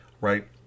right